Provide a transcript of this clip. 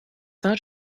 saint